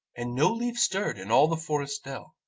and no leaf stirred in all the forest dell.